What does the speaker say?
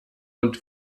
und